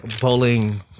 bowling